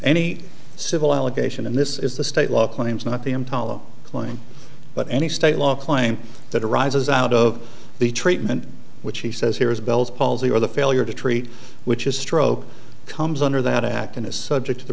any civil allegation and this is the state law claims not the emtala claim but any state law claim that arises out of the treatment which he says here is bell's palsy or the failure to treat which is stroke comes under that act and is subject to the